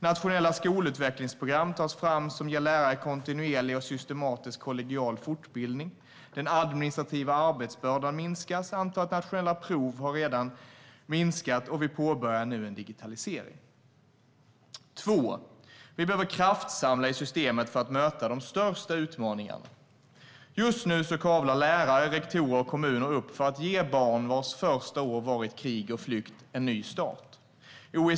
Nationella skolutvecklingsprogram tas fram som ger lärare kontinuerlig, systematisk och kollegial fortbildning. Den administrativa arbetsbördan minskas. Antalet nationella prov har redan minskats. Och vi påbörjar nu en digitalisering. För det andra: Vi behöver kraftsamla i systemet för att möta de största utmaningarna. Just nu kavlar lärare, rektorer och kommuner upp ärmarna för att ge barn vars första år har varit i krig och flykt en ny start.